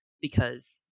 because-